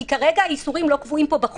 כי כרגע האיסורים לא קבועים פה בחוק.